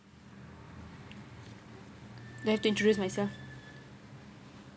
do I have to introduce myself